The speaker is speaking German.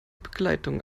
begleitung